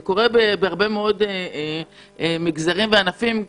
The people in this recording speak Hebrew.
זה קורה בהרבה מאוד מגזרים וענפים.